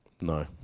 No